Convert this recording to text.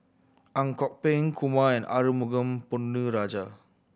Ang Kok Peng Kumar and Arumugam Ponnu Rajah